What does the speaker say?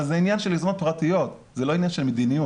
אבל זה עניין של עזרות פרטיות ולא של מדיניות.